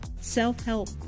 self-help